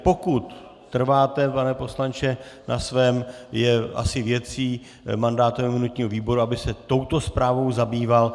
Pokud trváte, pane poslanče, na svém, je asi věcí mandátového a imunitního výboru, aby se touto zprávou zabýval.